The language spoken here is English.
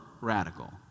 radical